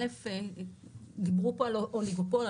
דיברו פה על אוליגופול,